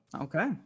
okay